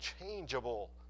unchangeable